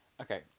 Okay